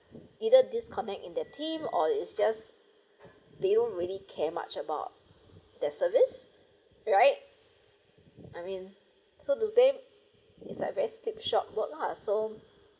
either disconnect in their team or it's just they don't really care much about the service right I mean so today is like very slipshod work ah so